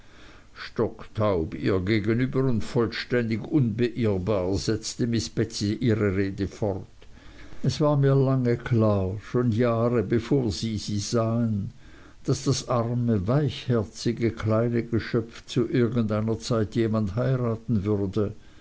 stocktaub ihr gegenüber und vollständig unbeirrbar setzte miß betsey ihre rede fort es war mir lange klar schon jahre bevor sie sie sahen daß das arme weichherzige kleine geschöpf zu irgendeiner zeit jemand heiraten würde